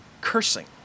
cursing